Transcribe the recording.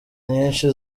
nyinshi